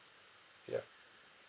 ya